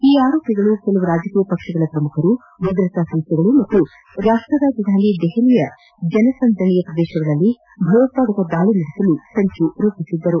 ಈ ಆರೋಪಿಗಳು ಕೆಲವು ರಾಜಕೀಯ ಪಕ್ಷಗಳ ಪ್ರಮುಖರು ಭದ್ರತಾ ಸಂಸ್ಥೆಗಳು ಹಾಗೂ ರಾಷ್ಟ್ರ ರಾಜಧಾನಿ ದೆಹಲಿಯ ಜನಸಂದಣಿ ಪ್ರದೇಶಗಳಲ್ಲಿ ಭಯೋತ್ಪಾದಕ ದಾಳಿ ನಡೆಸಲು ಸಂಚು ರೂಪಿಸಿದ್ದರು